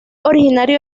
originario